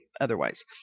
otherwise